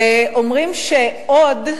אומרים ש"עוד"